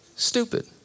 Stupid